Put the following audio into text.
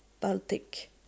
Baltic